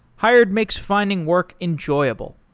hired makes finding work enjoyable.